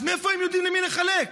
אז מאיפה הם יודעים למי לחלק?